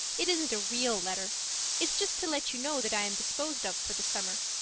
it isn't a real letter it's just to let you know that i'm disposed of for the summer.